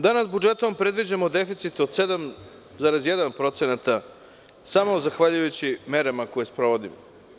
Danas budžetom predviđamo deficit od 7,1% samo zahvaljujući merama koje sprovodimo.